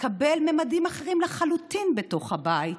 מקבל ממדים אחרים לחלוטין בתוך הבית.